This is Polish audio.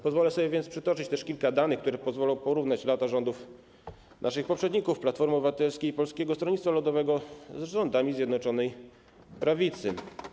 Pozwolę sobie przytoczyć kilka danych, które pozwolą porównać lata rządów naszych poprzedników, Platformy Obywatelskiej i Polskiego Stronnictwa Ludowego, z rządami Zjednoczonej Prawicy.